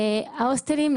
וההוסטלים,